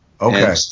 Okay